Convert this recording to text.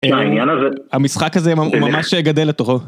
מה העניין הזה? המשחק הזה הוא ממש גדל לתוכו.